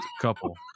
couple